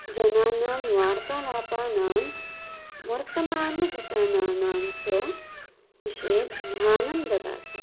जनानां वार्तालापानां वर्तमानघटनानां च विषये ध्यानं ददातु